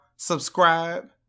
Subscribe